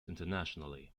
internationally